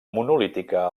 monolítica